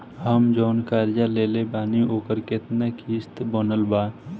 हम जऊन कर्जा लेले बानी ओकर केतना किश्त बनल बा?